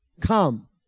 Come